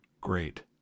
great